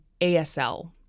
ASL